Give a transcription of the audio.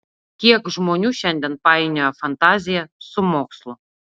kiek žmonių šiandien painioja fantaziją su mokslu